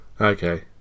Okay